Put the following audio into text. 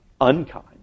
unkind